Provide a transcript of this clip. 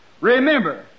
Remember